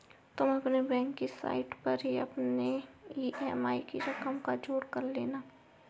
तुम अपने बैंक की साइट पर ही अपने ई.एम.आई की रकम का जोड़ कर लेना